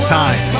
time